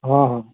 ہاں ہاں